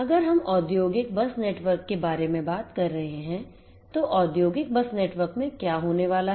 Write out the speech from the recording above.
अगर हम औद्योगिक बस नेटवर्क के बारे में बात कर रहे हैं तो औद्योगिक बस नेटवर्क में क्या होने वाला है